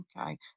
Okay